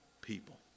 people